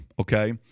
okay